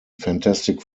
fantastic